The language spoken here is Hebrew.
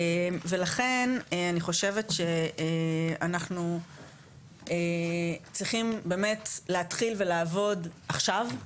ולכן אני חושבת שאנחנו צריכים באמת להתחיל ולעבוד עכשיו,